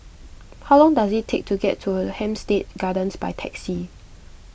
how long does it take to get to Hampstead Gardens by taxi